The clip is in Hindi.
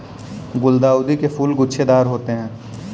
गुलदाउदी के फूल गुच्छेदार होते हैं